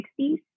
1960s